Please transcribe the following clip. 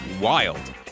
wild